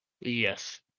Yes